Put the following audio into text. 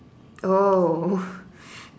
oh